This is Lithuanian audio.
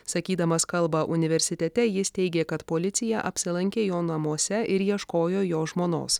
sakydamas kalbą universitete jis teigė kad policija apsilankė jo namuose ir ieškojo jo žmonos